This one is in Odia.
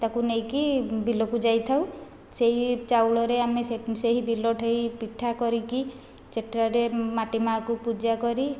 ତାକୁ ନେଇକି ବିଲକୁ ଯାଇଥାଉ ସେହି ଚାଉଳରେ ଆମେ ସେ ସେହି ବିଲଠେଇଁ ପିଠା କରିକି ସେଠାରେ ମାଟି ମା'କୁ ପୂଜା କରି